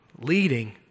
leading